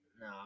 No